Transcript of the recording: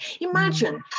Imagine